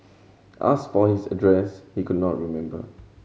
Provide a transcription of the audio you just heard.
asked for his address he could not remember